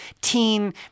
teen